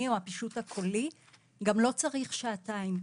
או הפישוט הקולי גם לא צריך שעתיים.